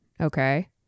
Okay